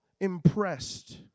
impressed